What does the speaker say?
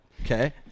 Okay